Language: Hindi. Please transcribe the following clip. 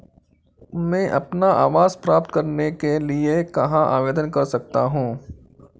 मैं अपना आवास प्राप्त करने के लिए कहाँ आवेदन कर सकता हूँ?